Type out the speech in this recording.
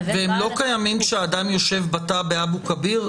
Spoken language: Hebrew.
ופערי הכוחות האלה לא קיימים כאשר אדם יושב בתא באבו כביר?